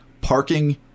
parking